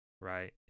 right